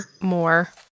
more